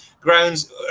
grounds